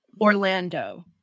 Orlando